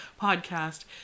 podcast